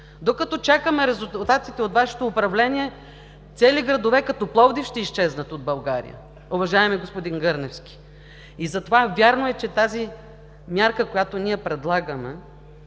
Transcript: Докато чакаме резултатите от Вашето управление, цели градове като Пловдив ще изчезнат от България, уважаеми господин Гърневски. Вярно е, че тази мярка, която ние предлагаме,